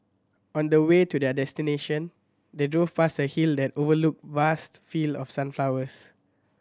on the way to their destination they drove past a hill that overlooked vast field of sunflowers